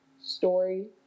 story